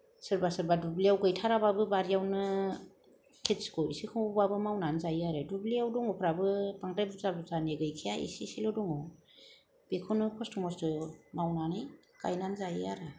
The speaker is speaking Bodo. सोरबा सोरबा दुब्लियाव गैथाराबाबो बारियावनो खेथिखौ इसेखौबाबो मावनानै जायो आरो दुब्लियाव दङफ्राबो बांद्राय बुरजा बुरजा जानाय गैखाया एसे एसेल' दङ बेखौनो खस्थ' मस्थ' मावनानै गायनानै जायो आरो